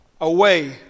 away